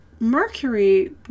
Mercury